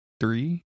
Three